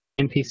NPC